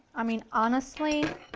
i mean honestly,